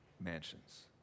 mansions